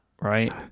right